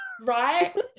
Right